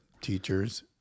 Teachers